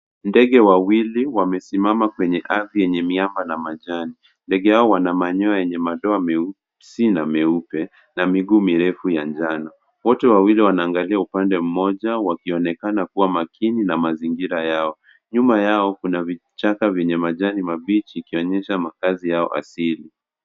Ndege wawili wamesimama kwenye kazi yenye miamba na majani. Ndege hao wana manyoya yenye madoa meusi na meupe na miguu mirefu ya njano. Wote wawili wanaangalia upande mmoja, wakionekana kuwa makini na mazingira yao. Nyuma yao, kuna vichaka yenye majani mabichi ikionyesha makazi yao asili.